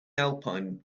alpine